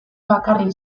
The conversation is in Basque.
bakarrik